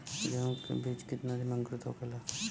गेहूँ के बिज कितना दिन में अंकुरित होखेला?